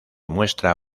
muestra